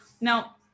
now